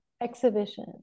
exhibition